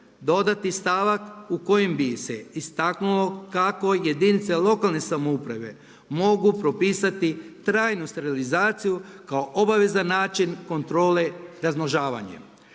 dodati stavak u kojem bi se istaknulo kako jedinice lokalne samouprave mogu propisati trajnu sterilizaciju kao obavezan način kontrole razmnožavanjem.